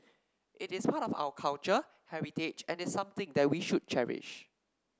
it is part of our culture heritage and is something that we should cherish